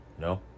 No